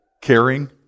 caring